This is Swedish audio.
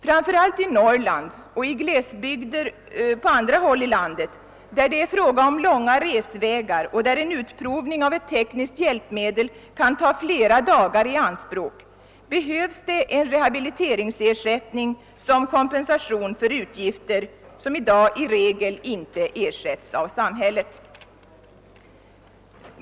Framför allt i Norrland och i glesbygdsområden på andra håll i landet, där det är fråga om långa resvägar och där en utprovning av ett tekniskt hjälpmedel kan ta flera dagar i anspråk; behövs en rehabiliteringsersättning som kom pensation för sådana utgifter som nu i regel inte ersätts av samhället.